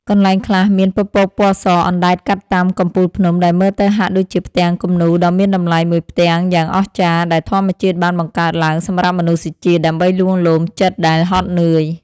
កន្លែងខ្លះមានពពកពណ៌សអណ្ដែតកាត់តាមកំពូលភ្នំដែលមើលទៅហាក់ដូចជាផ្ទាំងគំនូរដ៏មានតម្លៃមួយផ្ទាំងយ៉ាងអស្ចារ្យដែលធម្មជាតិបានបង្កើតឡើងសម្រាប់មនុស្សជាតិដើម្បីលួងលោមចិត្តដែលហត់នឿយ។